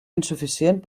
insuficient